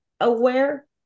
aware